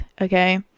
okay